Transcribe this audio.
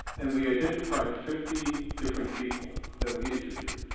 and we identified fifty different people that we interviewed.